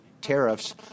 tariffs